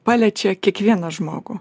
paliečia kiekvieną žmogų